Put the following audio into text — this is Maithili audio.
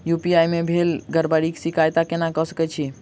यु.पी.आई मे भेल गड़बड़ीक शिकायत केना कऽ सकैत छी?